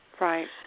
Right